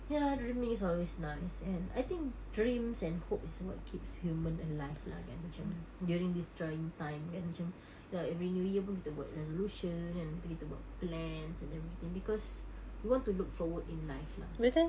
ya the remaining is always nice and I think dreams and hopes is what keeps human alive lah kan macam during this trying time kan macam ya every new year pun kita buat resolution kan pastu kita buat plans and everything because we want to look forward in life lah